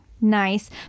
Nice